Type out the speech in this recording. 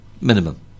minimum